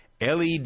LED